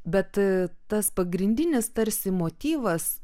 bet tas pagrindinis tarsi motyvas